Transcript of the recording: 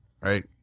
right